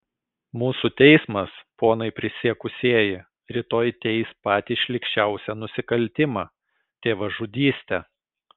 mūsų teismas ponai prisiekusieji rytoj teis patį šlykščiausią nusikaltimą tėvažudystę